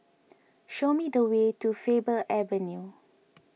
show me the way to Faber Avenue